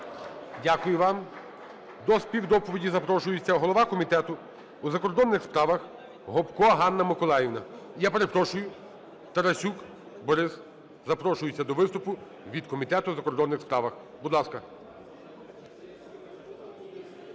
Дякую вам. До співдоповіді запрошується голова Комітету у закордонних справах Гопко Ганна Миколаївна. Я перепрошую, Тарасюк Борис запрошується до виступу від Комітету у закордонних справах. Будь ласка.